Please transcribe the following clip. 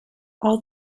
all